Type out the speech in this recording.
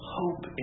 hope